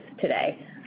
today